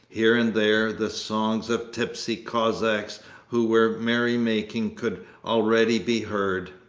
here and there the songs of tipsy cossacks who were merry-making could already be heard.